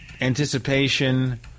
anticipation